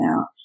out